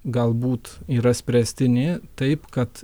galbūt yra spręstini taip kad